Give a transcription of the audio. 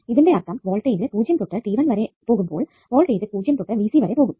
ഇതിന്റെ അർത്ഥം വോൾടേജ് 0 തൊട്ടു t1 വരെ പോകുമ്പോൾ വോൾടേജ് 0 തൊട്ടു VC വരെ പോകും